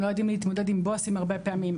הם לא יודעים להתמודד עם בוסים הרבה פעמים.